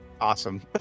Awesome